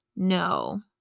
No